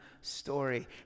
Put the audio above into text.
story